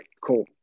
cool